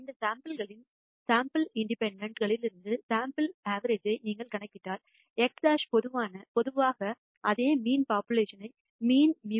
இந்த சாம்பிள் களின் independent sample களிலிருந்து சாம்பிள் அவரேஜ் நீங்கள் கணக்கிட்டால் x̅ பொதுவாக அதே mean population mean population mean μ